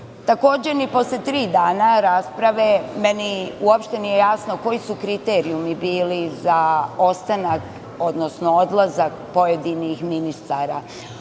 ni posle tri dana rasprave meni uopšte nije jasno koji su kriterijumi bili za ostanak, odnosno odlazak pojedinih ministara.